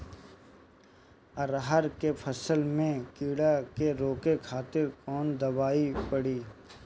अरहर के फसल में कीड़ा के रोके खातिर कौन दवाई पड़ी?